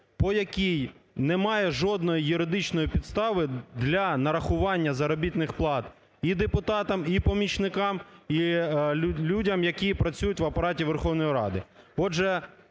по якій немає жодної юридичної підстави для нарахування заробітних плат і депутатам, і помічникам, і людям, які працюють в Апараті Верховної Ради. Отже,